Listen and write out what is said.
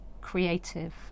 creative